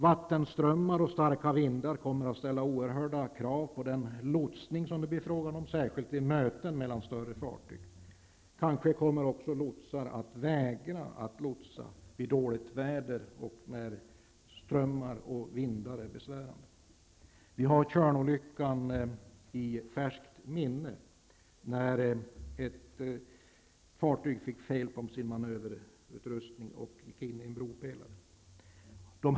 Vattenströmmar och starka vindar kommer att ställa oerhörda krav på lotsningen. Det gäller särskilt vid möten mellan större fartyg. Lotsar kommer kanske också att vägra att lotsa vid dåligt väder och när strömmar och vindar är besvärande. Vi har Tjörnolycken i färskt minne. Då fick ett fartyg fel på sin manöverutrustning och gick in i en bropelare.